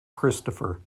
christopher